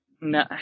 No